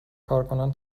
کارکنان